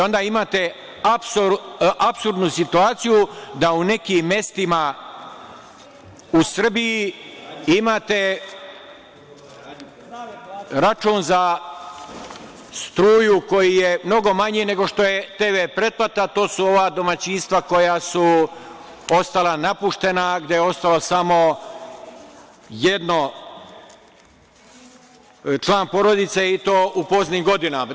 Onda imate apsurdnu situaciju da u nekim mestima u Srbiji imate račun za struju koji je mnogo manji nego što je TV pretplata, a to su ova domaćinstva koja su ostala napuštena, gde je ostalo samo jedan član porodice i to u poznim godinama.